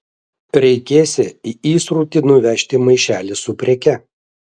reikėsią į įsrutį nuvežti maišelį su preke